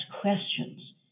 questions